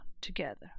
together